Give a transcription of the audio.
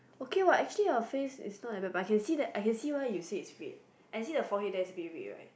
okay what actually your face is not ever but I can see that I can see why you see is red and see your forehead is damn very red right